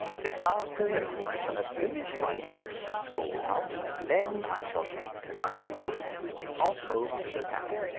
this afternoon i shall have finished my work at the school house, and then i shall take to-night's boat and be off home to the town.